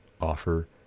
offer